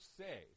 say